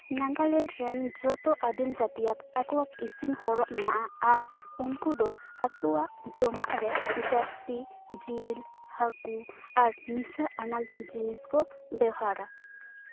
ᱱᱟᱜᱟᱞᱮᱱᱰ ᱨᱮᱱ ᱡᱚᱛᱚ ᱟᱫᱤᱢ ᱡᱟᱛᱤᱭᱟᱜ ᱟᱠᱚᱣᱟᱜ ᱤᱥᱤᱱ ᱦᱚᱨᱚᱜ ᱢᱮᱱᱟᱜᱼᱟ ᱟᱨ ᱩᱱᱠᱚ ᱫᱚ ᱟᱠᱚᱣᱟᱜ ᱡᱚᱢᱟᱜ ᱨᱮ ᱡᱟᱹᱥᱛᱤ ᱡᱤᱞ ᱦᱟᱡᱩ ᱟᱨ ᱱᱤᱥᱟᱹ ᱟᱱᱟᱜ ᱡᱤᱱᱤᱥᱠᱚ ᱵᱮᱣᱦᱟᱨᱟ